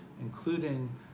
including